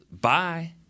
Bye